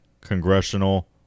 Congressional